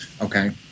Okay